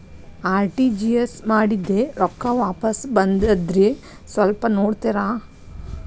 RTGS ಮಾಡಿದ್ದೆ ರೊಕ್ಕ ವಾಪಸ್ ಬಂದದ್ರಿ ಸ್ವಲ್ಪ ನೋಡ್ತೇರ?